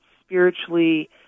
spiritually